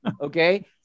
okay